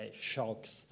shocks